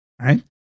right